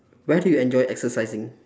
where do you enjoy exercising